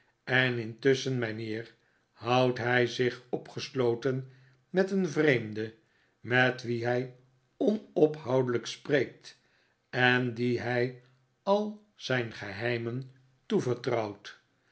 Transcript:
en intusschen mijnheer houdt hij zich opgesloten met een vreemde met wie hij onophoudelijk spreekt en die hij al zijn geheimen toevertrouwt